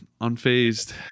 Unfazed